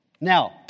Now